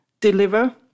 deliver